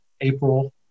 April